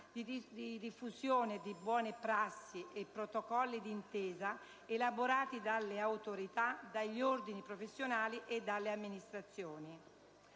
di diffusione di buone prassi e protocolli di intesa elaborati dalle Autorità, dagli ordini professionali e dalle amministrazioni.